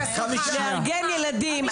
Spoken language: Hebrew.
לארגן ילדים,